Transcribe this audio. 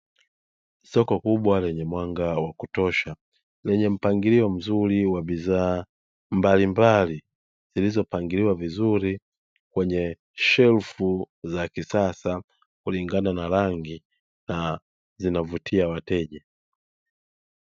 Soko kubwa lenye mwanga wa kutosha lenye mpangilio mzuri wa bidhaa mbalimbali, zilizopangiliwa vizuri kwenye shelfu za kisasa kulingana na rangi na zinavutia wateja.